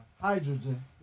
Hydrogen